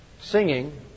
Singing